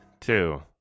two